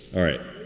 all right.